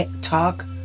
Talk